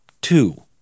two